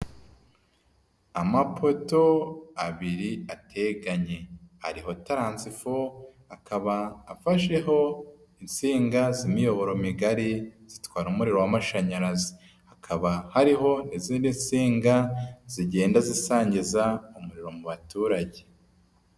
Amapoto abiri ateganye, hariho taransifo, akaba afasheho insinga z'imiyoboro migari, zitwara umuriro w'amashanyarazi. Hakaba hariho n'izindi nsinga zigenda zisangiza umuriro mu baturage.